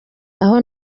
aho